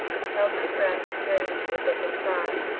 i held my breath fearing that he would look inside,